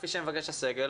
כפי שמבקש הסגל,